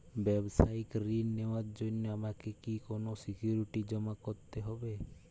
ব্যাবসায়িক ঋণ নেওয়ার জন্য আমাকে কি কোনো সিকিউরিটি জমা করতে হবে?